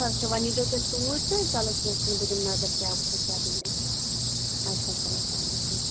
اَچھا وۄنۍ ییٖزیو تیٚلہِ توٗرۍ تہٕ چلو کیٚنٛہہ چھُنہٕ بہٕ دِمہٕ نظر کیٛاہ وٕچھو کیٛاہ دٔلیلا اَدٕ حظ چلو اسَلام علیکُم